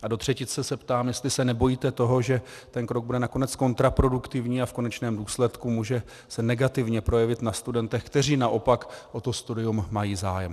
A do třetice se ptám, jestli se nebojíte toho, že ten krok bude nakonec kontraproduktivní a v konečném důsledku se může negativně projevit na studentech, kteří naopak o studium mají zájem.